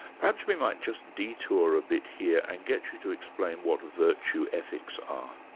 perhaps we might just detour a bit here, and get you to explain what virtue ethics are.